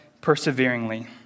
perseveringly